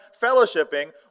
fellowshipping